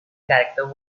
character